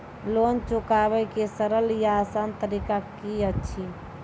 Loan चुकाबै के सरल या आसान तरीका की अछि?